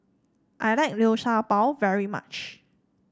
I like Liu Sha Bao very much